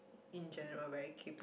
in general very kaypoh